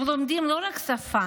הם לומדים לא רק שפה,